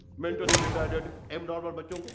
mentally retorted abnormal but